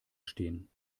stehen